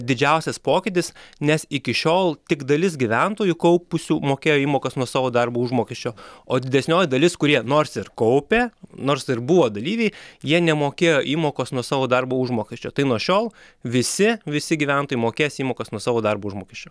didžiausias pokytis nes iki šiol tik dalis gyventojų kaupusių mokėjo įmokas nuo savo darbo užmokesčio o didesnioji dalis kurie nors ir kaupė nors ir buvo dalyviai jie nemokėjo įmokos nuo savo darbo užmokesčio tai nuo šiol visi visi gyventojai mokės įmokas nuo savo darbo užmokesčio